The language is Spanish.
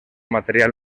material